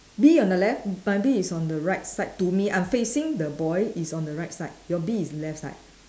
bee on the left my bee is on the right side to me I'm facing the boy it's on the right side your bee is left side